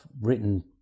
written